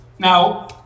Now